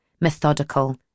methodical